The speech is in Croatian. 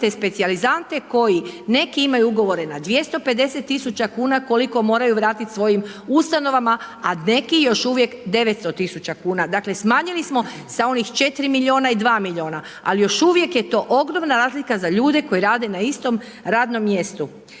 imate specijalizante koji, neki imaju ugovore na 250 tisuća kuna koliko moraju vratiti svojim ustanovama, a neki još uvijek 900 tisuća kuna. Dakle, smanjili smo sa onih 4 miliona i 2 miliona, ali još uvijek je to ogromna razlika za ljude koji rade na istom radnom mjestu.